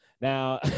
Now